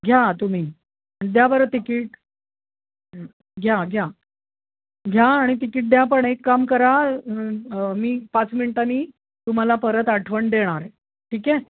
घ्या तुम्ही द्या बरं तिकीट घ्या घ्या घ्या आणि तिकीट द्या पण एक काम करा मी पाच मिनटांनी तुम्हाला परत आठवण देणार आहे ठीक आहे